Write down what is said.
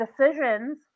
decisions